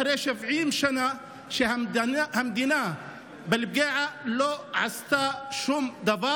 אחרי 70 שנה שבהן המדינה לא עשתה שום דבר